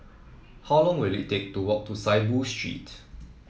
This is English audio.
how long will it take to walk to Saiboo Street